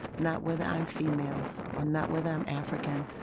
not whether i'm female or not whether i'm african-american,